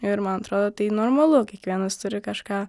ir man atrodo tai normalu kiekvienas turi kažką